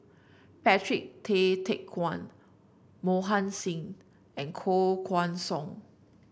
Patrick Tay Teck Guan Mohan Singh and Koh Guan Song